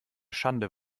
schande